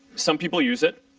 some people use it,